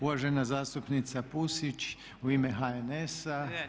Uvažena zastupnica Pusić u ime HNS-a.